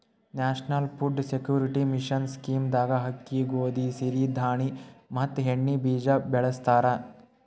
national food security mission scheme ದಾಗ ಅಕ್ಕಿ, ಗೋದಿ, ಸಿರಿ ಧಾಣಿ ಮತ್ ಎಣ್ಣಿ ಬೀಜ ಬೆಳಸ್ತರ